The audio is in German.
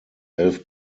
elf